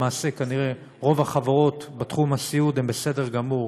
למעשה כנראה רוב החברות בתחום הסיעוד הן בסדר גמור,